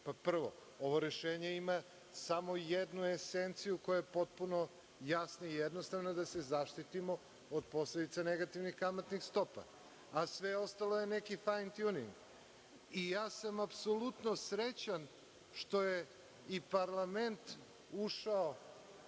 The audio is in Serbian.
Pod prvo, ovo rešenje ima samo jednu esenciju, koja je potpuno jasna i jednostavna, da se zaštitimo od posledica negativnih kamatnih stopa, a sve ostalo je neki fine tuning. Ja sam apsolutno srećan što je i parlament ušao